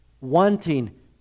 wanting